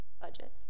budget